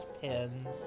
pins